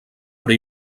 però